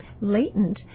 latent